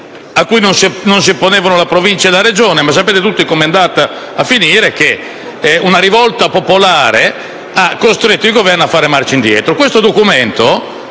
al quale non si opponevano la Provincia e la Regione; sapete tutti come è andata a finire: una rivolta popolare ha costretto il Governo a fare marcia indietro. Questo documento